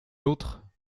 l’autre